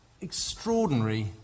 extraordinary